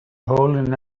holding